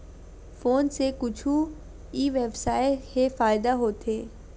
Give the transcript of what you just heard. Phone से कुछु ई व्यवसाय हे फ़ायदा होथे?